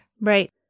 Right